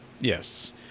Yes